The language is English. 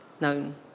known